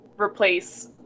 replace